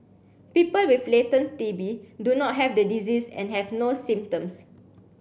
people with latent T B do not have the disease and have no symptoms